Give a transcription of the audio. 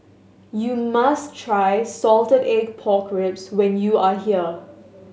you must try salted egg pork ribs when you are here